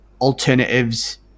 alternatives